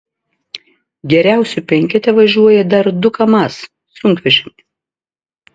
geriausių penkete važiuoja dar du kamaz sunkvežimiai